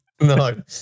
No